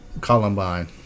Columbine